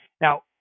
Now